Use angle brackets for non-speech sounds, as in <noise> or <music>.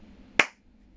<noise>